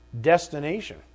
destination